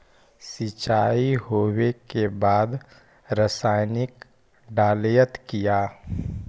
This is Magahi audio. सीचाई हो बे के बाद रसायनिक डालयत किया?